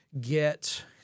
get